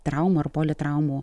traumų ar politraumų